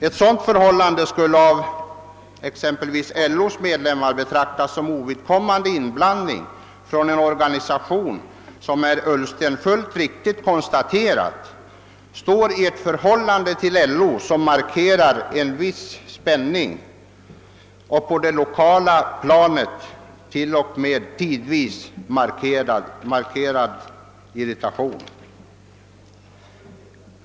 Ett sådant förhållande skulle exempelvis av LO:s medlemmar betraktas som ovidkommande inblandning av en organisation, som herr Ullsten fullt riktigt konstaterat står i ett förhållande till LO som markeras av »viss spänning» och på det lokala planet t.o.m. beskrivits som »tidvis markerad irritation».